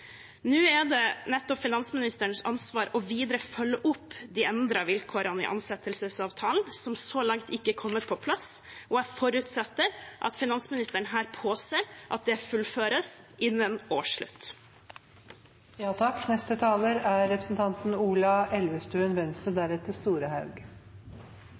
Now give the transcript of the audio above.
Nå er det nettopp finansministerens ansvar videre å følge opp de endrede vilkårene i ansettelsesavtalen som så langt ikke er kommet på plass, og jeg forutsetter at finansministeren her påser at det fullføres innen